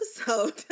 episode